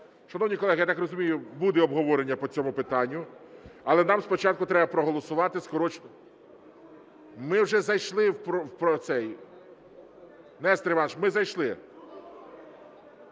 Шановні колеги, я так розумію, буде обговорення по цьому питанню, але нам спочатку треба проголосувати… (Шум у залі) Ми вже зайшли про цей… Нестор Іванович, ми зайшли.